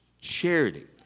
charity